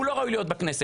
הוא לא ראוי להיות בכנסת.